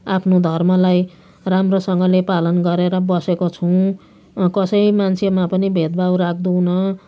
आफ्नो धर्मलाई राम्रोसँगले पालन गरेर बसेको छौँ कसै मान्छेमा पनि भेदभाव राख्दैनौँ